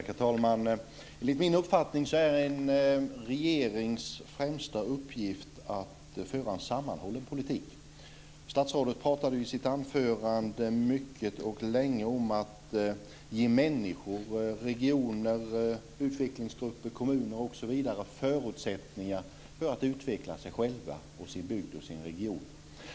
Herr talman! Enligt min uppfattning är en regerings främsta uppgift att föra en sammanhållen politik. Statsrådet talade i sitt anförande mycket och länge om att ge människor, regioner, utvecklingsgrupper, kommuner osv. förutsättningar att utveckla sig själva och sin region.